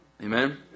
Amen